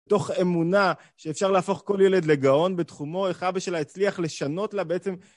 תוך אמונה שאפשר להפוך כל ילד לגאון בתחומו, איך אבא שלה הצליח לשנות לה בעצם...